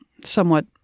somewhat